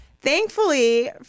Thankfully